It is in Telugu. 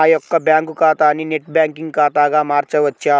నా యొక్క బ్యాంకు ఖాతాని నెట్ బ్యాంకింగ్ ఖాతాగా మార్చవచ్చా?